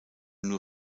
nur